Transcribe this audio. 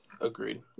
Agreed